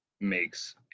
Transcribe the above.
makes